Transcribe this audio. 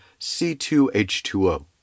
C2H2O